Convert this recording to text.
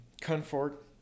comfort